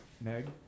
Meg